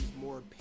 more